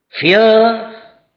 fear